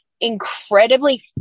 incredibly